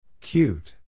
Cute